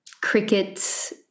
cricket